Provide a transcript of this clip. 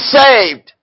saved